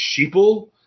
sheeple